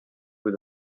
with